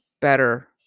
better